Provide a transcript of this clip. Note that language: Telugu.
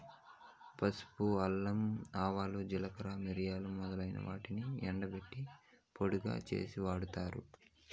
పసుపు, అల్లం, ఆవాలు, జీలకర్ర, మిరియాలు మొదలైన వాటిని ఎండబెట్టి పొడిగా చేసి వాడతారు